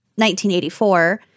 1984